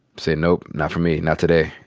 say, no, not for me. not today.